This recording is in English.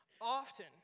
often